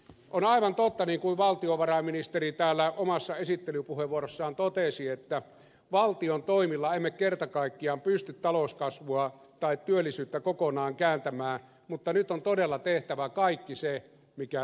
on aivan totta niin kuin valtiovarainministeri täällä omassa esittelypuheenvuorossaan totesi että valtion toimilla emme kerta kaikkiaan pysty talouskasvua tai työllisyyttä kokonaan kääntämään mutta nyt on todella tehtävä kaikki se mikä tehtävissä on